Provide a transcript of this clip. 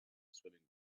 swimming